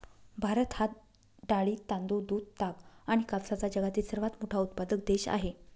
भारत हा डाळी, तांदूळ, दूध, ताग आणि कापसाचा जगातील सर्वात मोठा उत्पादक देश आहे